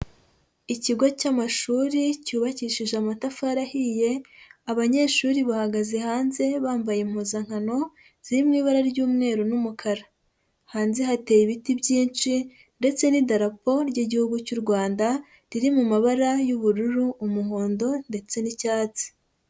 Ikigo cy'amashuri cyubakishije amatafari ahiye, abanyeshuri bahagaze hanze, bambaye impuzankano, ziri mu ibara ry'umweru n'umukara. Hanze hateye ibiti byinshi, ndetse n'idarapo ry'Igihugu cy'u Rwanda, riri mu mabara y'ubururu, umuhondo, ndetse n'icyatsi.